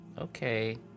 Okay